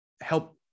help